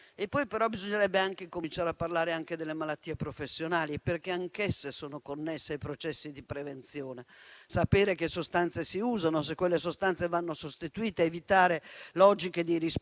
Bisognerebbe anche cominciare a parlare delle malattie professionali, perché anch'esse sono connesse ai processi di prevenzione. Sapere che sostanze si usano, se quelle sostanze vanno sostituite ed evitare logiche di risparmio,